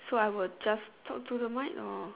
so I will just talk to the mic or